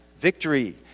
victory